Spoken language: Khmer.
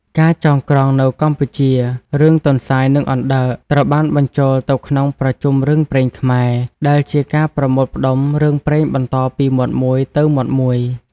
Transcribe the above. ការចងក្រងនៅកម្ពុជា រឿង ទន្សាយ និងអណ្ដើក ត្រូវបានបញ្ចូលទៅក្នុង ប្រជុំរឿងព្រេងខ្មែរ ដែលជាការប្រមូលផ្ដុំរឿងព្រេងបន្តពីមាត់មួយទៅមាត់មួយ។